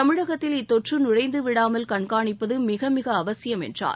தமிழகத்தில் இத்தொற்று நுழைந்துவிடமால் கண்காணிப்பது மிக மிக அவசியம் என்றார்